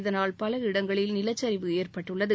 இதனால் பல இடங்களில் நிலச்சரிவு ஏற்பட்டுள்ளது